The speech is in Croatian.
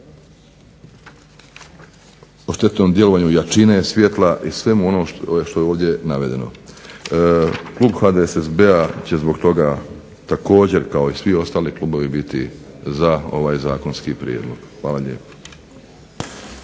o štetnom djelovanju jačine svjetla i svemu onom što je ovdje navedeno. Klub HDSSB-a će zbog toga također kao i svi ostali klubovi biti za ovaj zakonski prijedlog. Hvala lijepo.